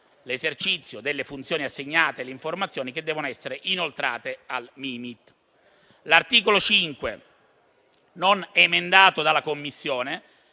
l'esercizio delle funzioni assegnate e le informazioni che devono essere inoltrate al Mimit. L'articolo 5, non emendato dalla Commissione,